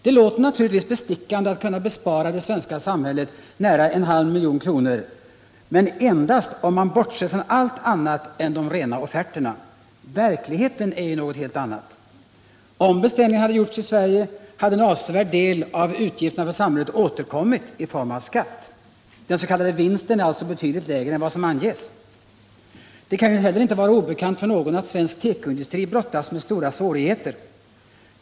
Det låter naturligtvis bestickande att kunna bespara det svenska samhället utgifter på nära en halv miljon kronor, men detta gäller endast om man bortser från allt annat än de rena offerterna. Verkligheten är någonting helt annat. Om beställningarna gjorts i Sverige hade en avsevärd del av utgifterna för samhället återkommit i form av skatt. Den s.k. vinsten är alltså betydligt lägre än vad som anges. Det kan inte heller vara obekant för någon att svensk tekoindustri brottas med stora svårigheter.